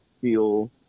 feel